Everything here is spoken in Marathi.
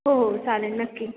हो हो चालेल नक्की